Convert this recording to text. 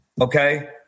Okay